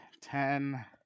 ten